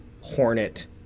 hornet